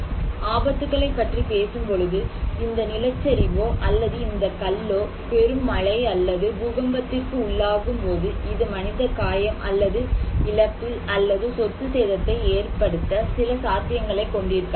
ஆபத்துகளைப் பற்றி பேசும் பொழுது இந்த நிலச்சரிவோ அல்லது இந்த கல்லோ பெரும் மழை அல்லது பூகம்பத்திற்கு உள்ளாகும் போது இது மனித காயம் அல்லது இழப்பு அல்லது சொத்து சேதத்தை ஏற்படுத்த சில சாத்தியங்களைக் கொண்டிருக்கலாம்